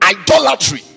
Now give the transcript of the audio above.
Idolatry